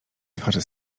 twarzy